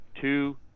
two